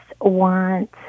want